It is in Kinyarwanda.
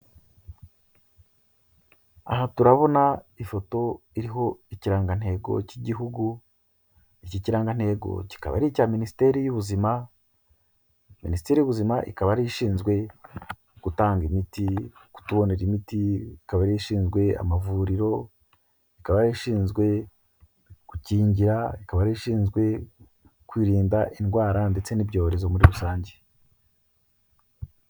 Aha turabona ifoto iriho ikirangantego cy'igihugu, iki kirangantego kikaba ari icya minisiteri y'ubuzima, minisiteri y'ubuzima ikaba ari ishinzwe gutanga imiti, kutubonera imiti ikaba ari yo ishinzwe amavuriro, ikaba inashinzwe kukingira ikaba yari ishinzwe kwirinda indwara ndetse n'ibyorezo muri rusange.